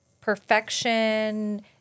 perfection